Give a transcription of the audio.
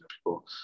People